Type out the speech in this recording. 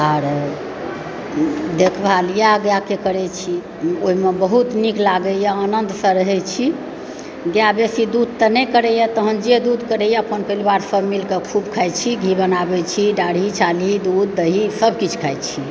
आर देखभाल इयए गैके करैत छी ओहिमे बहुत नीक लागैए आनन्दसँ रहै छी गाय बेसी दूध तऽ नहि करैए तहन जे दूध करैयए अपन परिवारसभ मिलके खूब खाइ छी घी बनाबै छी डाढ़ी छाली दूध दहीसभ किछु खाइत छी